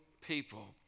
people